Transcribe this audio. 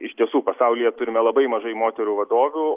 iš tiesų pasaulyje turime labai mažai moterų vadovių